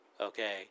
Okay